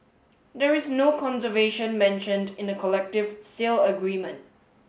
there is no conservation mentioned in the collective sale agreement